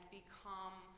become